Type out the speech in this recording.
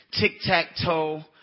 tic-tac-toe